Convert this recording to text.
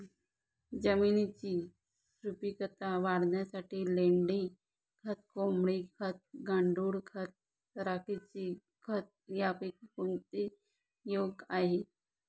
जमिनीची सुपिकता वाढवण्यासाठी लेंडी खत, कोंबडी खत, गांडूळ खत, राखेचे खत यापैकी कोणते योग्य आहे?